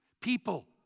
People